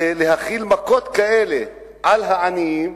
להחיל מכות כאלה על העניים,